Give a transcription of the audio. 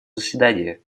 заседания